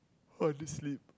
I want to sleep